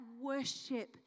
worship